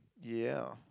ya